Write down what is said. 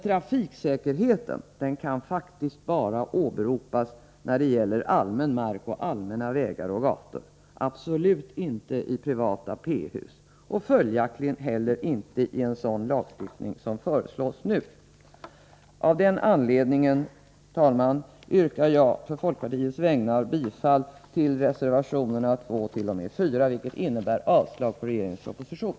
Trafiksäkerheten kan faktiskt bara åberopas när det gäller allmän mark och allmänna vägar och gator, absolut inte i privata p-hus och följaktligen inte heller i en sådan lagstiftning som föreslås nu. Av den anledningen, herr talman, yrkar jag på folkpartiets vägnar bifall till reservationerna 2-4, vilket innebär avslag på regeringens proposition.